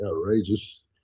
outrageous